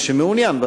מי שמעוניין,